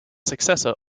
successor